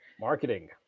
Marketing